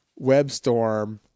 webstorm